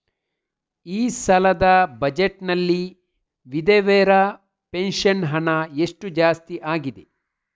ಈ ಸಲದ ಬಜೆಟ್ ನಲ್ಲಿ ವಿಧವೆರ ಪೆನ್ಷನ್ ಹಣ ಎಷ್ಟು ಜಾಸ್ತಿ ಆಗಿದೆ?